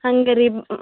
ಹಂಗ ರೀ ಮ್